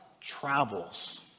travels